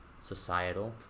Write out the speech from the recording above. societal